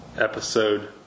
episode